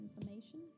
information